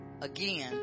Again